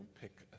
pick